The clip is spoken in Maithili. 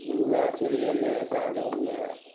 मिआँ चलि गेलैए यादवमे